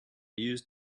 used